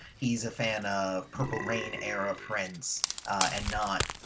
he's a fan of purple rain era prince and not.